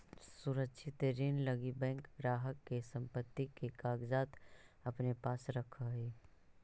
सुरक्षित ऋण लगी बैंक ग्राहक के संपत्ति के कागजात अपने पास रख सकऽ हइ